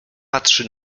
patrzy